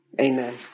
amen